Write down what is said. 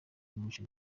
y’umuco